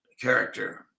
character